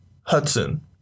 Hudson